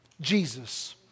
Jesus